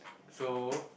so